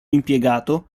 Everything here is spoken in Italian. impiegato